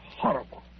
horrible